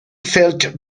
felt